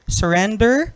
surrender